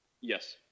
Yes